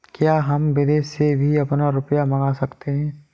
क्या हम विदेश से भी अपना रुपया मंगा सकते हैं?